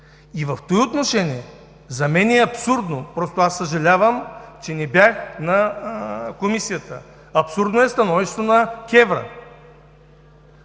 В това отношение за мен е абсурдно – съжалявам, че не бях на Комисията, абсурдно е становището на КЕВР!